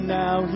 now